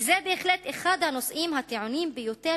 וזה בהחלט אחד הנושאים הטעונים ביותר